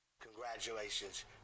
Congratulations